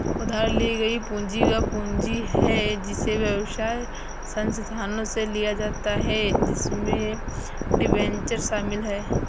उधार ली गई पूंजी वह पूंजी है जिसे व्यवसाय संस्थानों से लिया जाता है इसमें डिबेंचर शामिल हैं